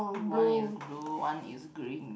one is blue one is green